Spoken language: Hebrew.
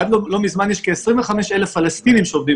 עד לא מזמן יש כ-25,000 פלסטינים שעובדים